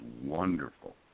wonderful